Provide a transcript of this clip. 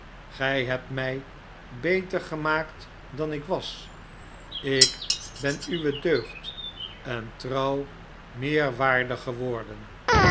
gij hebt mij beter gemaakl dan ik was ik ben uwe deugd en trouw meer waardig geworden